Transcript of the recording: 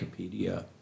Wikipedia